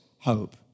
hope